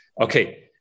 okay